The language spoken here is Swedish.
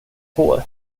får